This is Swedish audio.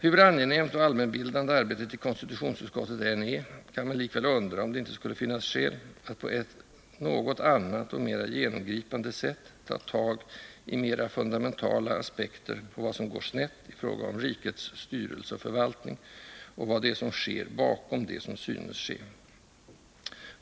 Hur angenämt och allmänbildande arbetet i konstitutionsutskottet än är, kan man likväl undra om det inte skulle finnas skäl att på ett något annat och mera genomgripande sätt ta tag i mera fundamentala aspekter på vad som går snett i fråga om ”rikets styrelse och förvaltning” och vad det är som sker bakom det som synes ske.